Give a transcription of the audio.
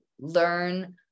learn